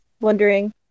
wondering